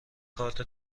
کارت